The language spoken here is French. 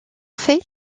fait